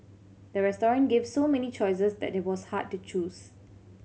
the restaurant gave so many choices that it was hard to choose